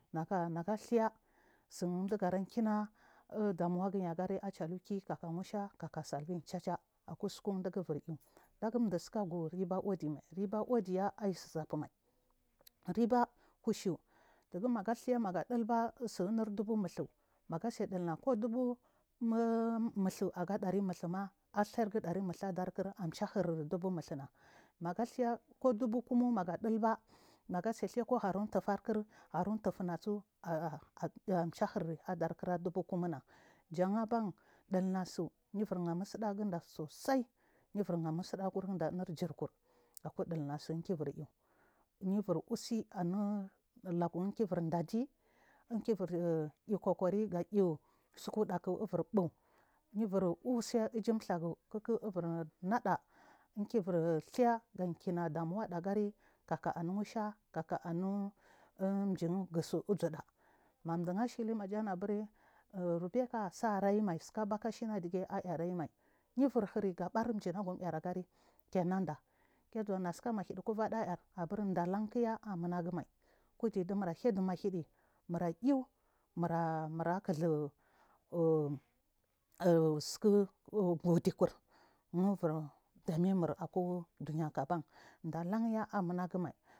Nagathur tsinɗigaraking ɗamuwa gim agare achalikaka nusha kaka tsalgin chachar aku tsuka ɗigibur eaw giditsisagu riba undima iriba udiya artsusafumai nba kushu maga thirmaga ɗilba tsinɗy bumutsu kudubumutsu agadari muɗhuma aɗhargu darinuthu auta ikira clubumuthung maga the kudu kumunaga ɗilba negates kuha rutufuarkir ɗubukumuna jagna baa ɗilnatsu jibar hamutsu daggu gida tsusai yibur harmutsuga diɗa injirkur akuɗinatsukiduring yibur iaw yubur usi anui lagu akebur ɗaɗi mikibur aw koka riga yutsukudak everbua yu bur utse yuthur kik ivir neɗa unkiburthur genkuna ɗam uumdaɗagari anumusha kakka anu jigutsu uzuɗa mavugaashi li majanabur rubeca sarayumai tsikiba shiyatike arayumai yiburhirgabar imagum arayumai yiburhirg bar imgum aragarike nanɗa ke zuwacinu machidi kullada ar abur ɗalan kiya munagumai kugi chumurhaiɗu mahiɗimur a iyumura kizhu uutsiku gudi kur anumur akuɗuniyak bam.